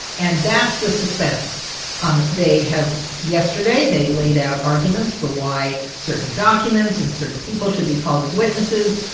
and that's the suspense um they have yesterday, they laid out arguments for why certain documents and certain people should be called as witnesses.